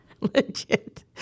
legit